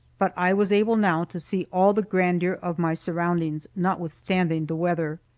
but i was able now to see all the grandeur of my surroundings, notwithstanding the weather.